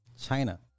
China